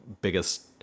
biggest